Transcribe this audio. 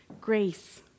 Grace